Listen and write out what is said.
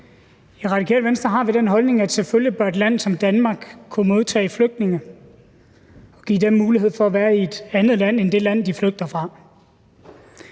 I Radikale Venstre har vi den holdning, at selvfølgelig bør et land som Danmark kunne modtage flygtninge, give dem mulighed for at være i et andet land end det land, de flygter fra.